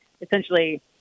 essentially